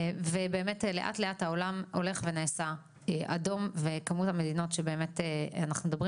לאט לאט העולם הולך ונעשה אדום וכמות המדינות שבאמת אנחנו מדברים